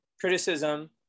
criticism